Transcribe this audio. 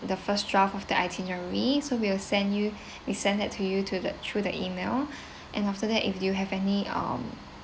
the first draft of the itinerary so we'll send you we send that to you to that through the email and after that if you have any um